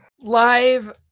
Live